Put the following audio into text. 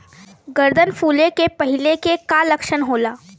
गर्दन फुले के पहिले के का लक्षण होला?